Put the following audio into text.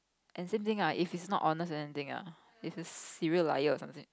and same thing ah if he's not honest and anything ah if serial liar or anything